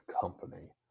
company